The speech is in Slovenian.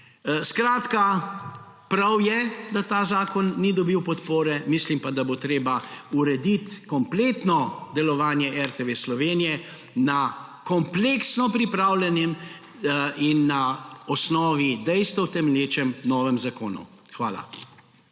Skratka, prav je, da ta zakon ni dobil podpore. Mislim pa, da bo treba urediti kompletno delovanje RTV Slovenija na kompleksno pripravljenem in na osnovi dejstev temelječem novem zakonu. Hvala.